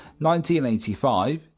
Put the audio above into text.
1985